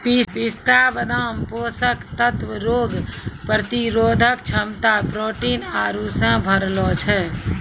पिस्ता बादाम पोषक तत्व रोग प्रतिरोधक क्षमता प्रोटीन आरु से भरलो छै